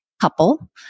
couple